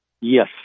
Yes